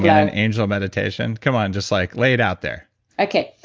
yeah an an angel meditation? come on, just like lay it out there okay.